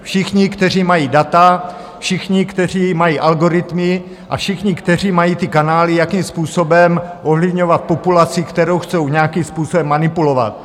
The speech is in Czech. Všichni, kteří mají data, všichni, kteří mají algoritmy, a všichni, kteří mají ty kanály, jakým způsobem ovlivňovat populaci, kterou chtějí nějakým způsobem manipulovat.